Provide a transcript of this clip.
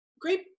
great